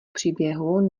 příběhu